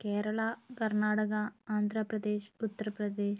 Kerala Karnataka Andhra Pradesh Uttar Pradesh